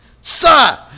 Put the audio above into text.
Sir